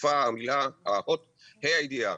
הוספה האות ה' הידיעה,